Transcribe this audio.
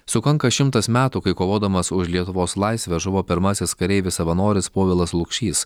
sukanka šimtas metų kai kovodamas už lietuvos laisvę žuvo pirmasis kareivis savanoris povilas lukšys